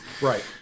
Right